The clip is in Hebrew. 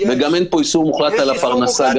וגם אין איסור מוחלט על הפרנסה.